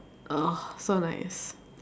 ah so nice